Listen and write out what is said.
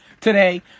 today